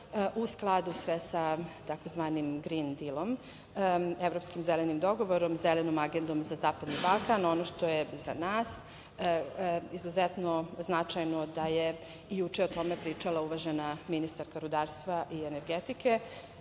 u skladu sa grin dilom, evropskim zelenim dogovorom, zelenom agendom za zapadni Balkan. Ono što je za nas izuzetno značajno je da je juče o tome pričala uvažena ministarka rudarstva i energetike.